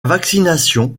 vaccination